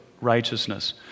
righteousness